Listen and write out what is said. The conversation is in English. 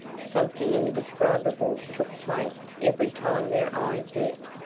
something indescribable took place every time their eyes met.